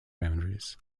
boundaries